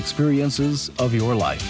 experiences of your life